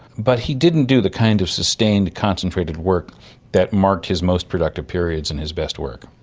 but he didn't do the kind of sustained concentrated work that marked his most productive periods and his best work.